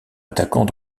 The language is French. attaquant